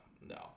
no